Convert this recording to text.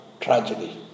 tragedy